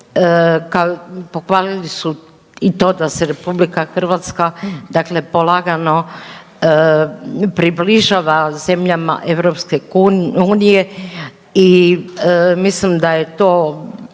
pohvalili su i to da se Republika Hrvatska, dakle polagano približava zemljama EU i mislim da je to